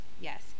Yes